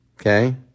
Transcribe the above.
Okay